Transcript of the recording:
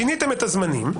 שיניתם את הזמנים.